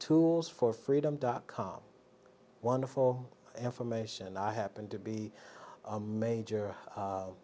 for freedom dot com wonderful information i happen to be a major